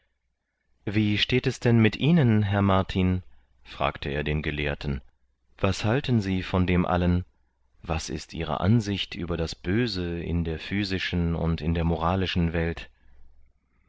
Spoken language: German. wie steht es denn mit ihnen herr martin fragte er den gelehrten was halten sie von dem allen was ist ihre ansicht über das böse in der physischen und in der moralischen welt